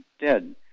dead